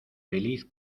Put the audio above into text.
feliz